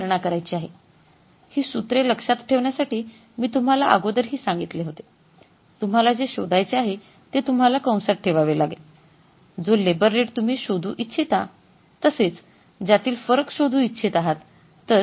तर आता आपल्याला याची गणना करायची आहे ही सूत्रे लक्षात ठेवण्यासाठी मी तुम्हाला अगोदरही सांगितले होते तुम्हाला जे शोधायचे आहे ते तुम्हाला कंसात ठेवावे लागेल जो लेबर रेट तुम्ही शोधू इच्छिता तसेच ज्यातील फरक शोधू इच्छित आहात